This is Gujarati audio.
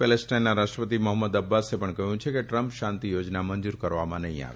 પેલેસ્ટાઇનના રાષ્ટ્રપતિ મોફમ્મદ અબ્બાસે પણ કહયું છે કે ટ્રમ્પ શાંતી યોજના મંજુર કરવામાં નહી આવે